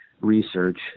research